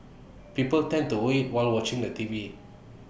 people tend to overeat while watching the T V